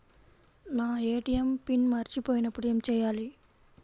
నా ATM PIN మరచిపోయినప్పుడు ఏమి చేయాలి?